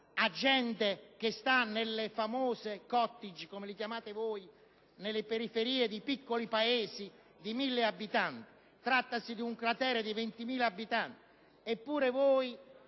a gente che sta nei cottage, come li chiamate voi, nelle periferie di piccoli paesi di 1.000 abitanti? Si tratta di un cratere di 20.000 abitanti, eppure voi,